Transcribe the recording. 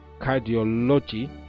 cardiology